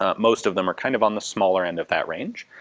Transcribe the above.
ah most of them are kind of on the smaller end of that range.